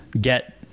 get